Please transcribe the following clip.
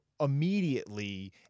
immediately